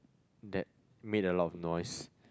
that made a lot of noise